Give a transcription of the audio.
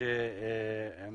שהם